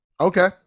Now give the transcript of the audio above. Okay